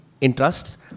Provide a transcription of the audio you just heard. interests